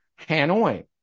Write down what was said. Hanoi